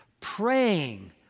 Praying